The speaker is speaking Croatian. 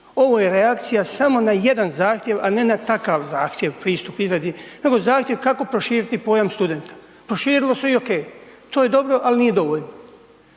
Ovo je reakcija samo na jedan zahtjev, a ne na takav zahtjev pristup izradi, nego zahtjev kako proširiti pojam studenta. Proširilo se i ok, to je dobro ali nije dovoljno.